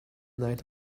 night